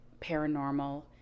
paranormal